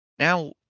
Now